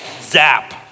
zap